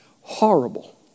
Horrible